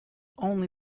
only